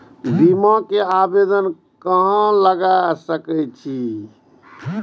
बीमा के आवेदन कहाँ लगा सके छी?